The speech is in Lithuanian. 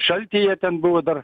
šaltyje ten buvo dar